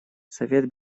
совет